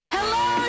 Hello